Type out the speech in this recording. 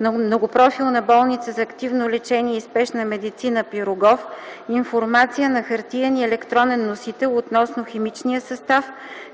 Многопрофилна болница за активно лечение и спешна медицина „Н.П. Пирогов” информация на хартиен и електронен носител относно химичния състав,